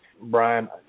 Brian